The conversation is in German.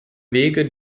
wege